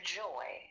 joy